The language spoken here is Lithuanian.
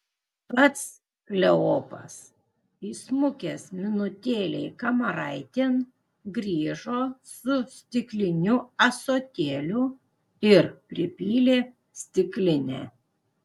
pats kleopas įsmukęs minutėlei kamaraitėn grįžo su stikliniu ąsotėliu ir pripylė stiklinę